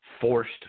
forced